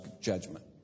judgment